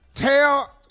Tell